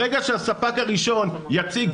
ברגע שהספק הראשון יציג,